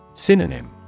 Synonym